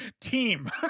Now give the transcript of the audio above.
team